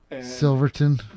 Silverton